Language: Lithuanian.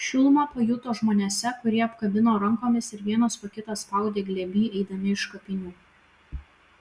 šilumą pajuto žmonėse kurie apkabino rankomis ir vienas po kito spaudė glėby eidami iš kapinių